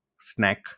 snack